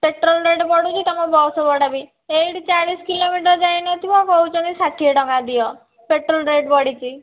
petrol rate ବଢ଼ୁଛି ତୁମ bus ଭଡ଼ା ବି ଏଇଠୁ ଚାଳିଶ କିଲୋମିଟର୍ ଯାଇନଥିବ କହୁଛନ୍ତି ଷାଠିଏ ଟଙ୍କା ଦିଅ ପେଟ୍ରୋଲ୍ ରେଟ୍ ବଢ଼ିଛି